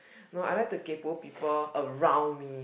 no I like to kaypo people around me